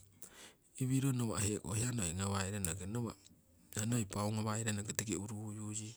iwiro nawa' heko hiya noi ngawai ronoki nawa' hiya noi pau ngawai ronoki tiki uruyu yii.